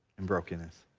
in brokenness,